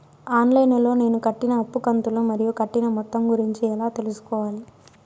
On line లో నేను కట్టిన అప్పు కంతులు మరియు కట్టిన మొత్తం గురించి ఎలా తెలుసుకోవాలి?